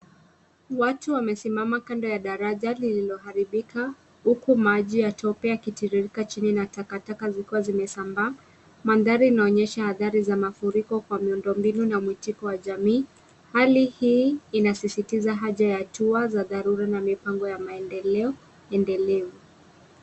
Watu wamesimama kando ya daraja lililoharibika huku maji ya tope yakitiririka chini na takataka zikiwa zimesambaa. Mandhari inaonyesha hadhari za mafuriko kwa miundombinu na mwitiko wa jamii. Hali hii inasisitiza haja ya hatua za dharura na mipango ya maendeleo endelevu.